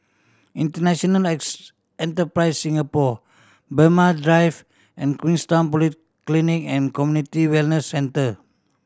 International Enterprise Singapore Braemar Drive and Queenstown Polyclinic And Community Wellness Center